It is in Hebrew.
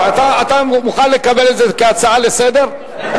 אתה מוכן לקבל את זה כהצעה לסדר-היום?